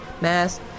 mask